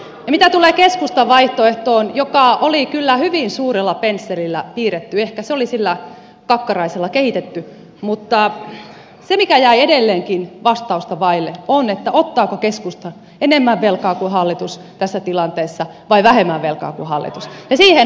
ja mitä tulee keskustan vaihtoehtoon joka oli kyllä hyvin suurella pensselillä piirretty ehkä se oli sillä kakkaraisella kehitetty niin se mikä jäi edelleenkin vastausta vaille on se ottaako keskusta enemmän velkaa kuin hallitus tässä tilanteessa vai vähemmän velkaa kuin hallitus